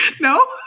no